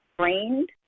trained